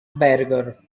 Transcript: berger